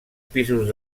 pisos